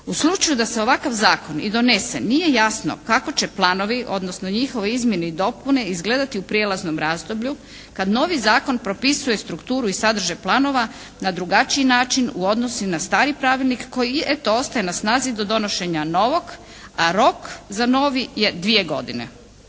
U slučaju da se ovakav zakon i donese nije jasno kako će planovi odnosno njihove izmjene i dopune izgledati u prijelaznom razdoblju kad novi zakon propisuje strukturu i sadržaj planova na drugačiji način u odnosu na stari pravilnik koji eto ostaje na snazi do donošenja novog a rok za novi je dvije godine.